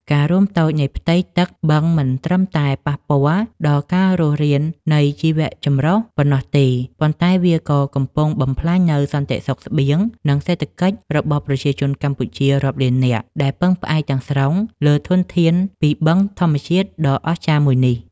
ការរួមតូចនៃផ្ទៃទឹកបឹងមិនត្រឹមតែប៉ះពាល់ដល់ការរស់រាននៃជីវៈចម្រុះប៉ុណ្ណោះទេ ប៉ុន្តែវាក៏កំពុងបំផ្លាញនូវសន្តិសុខស្បៀង និងសេដ្ឋកិច្ចរបស់ប្រជាជនកម្ពុជារាប់លាននាក់ ដែលពឹងផ្អែកទាំងស្រុងលើធនធានពីបឹងធម្មជាតិដ៏អស្ចារ្យមួយនេះ។